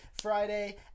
Friday